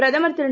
பிரதமர் திரு